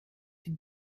den